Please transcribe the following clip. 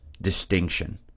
distinction